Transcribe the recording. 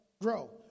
grow